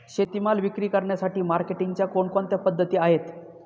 शेतीमाल विक्री करण्यासाठी मार्केटिंगच्या कोणकोणत्या पद्धती आहेत?